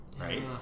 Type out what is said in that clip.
right